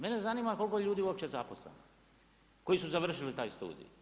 Mene zanima koliko ljudi je uopće zaposleno, koji su završili taj studij?